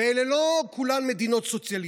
ואלה לא כולן מדינות סוציאליסטיות.